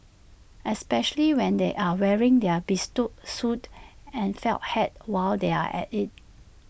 especially when they are wearing their bespoke suits and felt hats while they are at IT